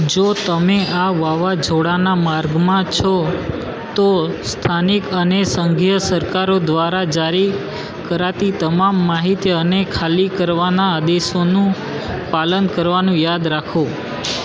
જો તમે આ વાવાઝોડાના માર્ગમાં છો તો સ્થાનિક અને સંઘીય સરકારો દ્વારા જારી કરાતી તમામ માહિતી અને ખાલી કરવાના આદેશોનું પાલન કરવાનું યાદ રાખો